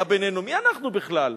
היה בינינו, מי אנחנו בכלל?